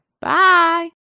Bye